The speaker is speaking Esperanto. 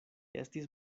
estis